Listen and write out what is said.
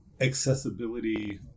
accessibility